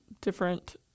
different